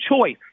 choice